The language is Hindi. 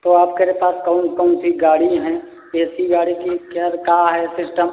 तो आपके केरे पास कौन कौन सी गाड़ी है ए सी गाड़ी की केर का है सिस्टम